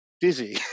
dizzy